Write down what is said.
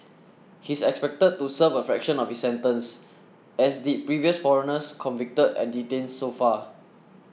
he's expected to serve a fraction of his sentence as did previous foreigners convicted and detained so far